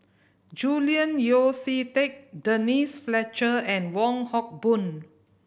Julian Yeo See Teck Denise Fletcher and Wong Hock Boon